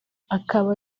akaba